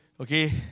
Okay